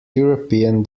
european